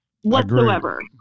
whatsoever